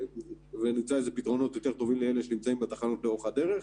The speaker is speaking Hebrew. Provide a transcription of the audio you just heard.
ונמצא פתרונות יותר טובים לאלה שנמצאים בתחנות לאורך הדרך.